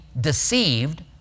deceived